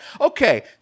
Okay